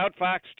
outfoxed